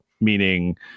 meaning